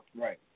Right